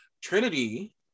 Trinity